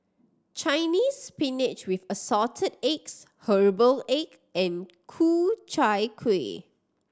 Chinese Spinach with Assorted Eggs herbal egg and Ku Chai Kuih